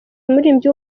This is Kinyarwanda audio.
umuririmbyi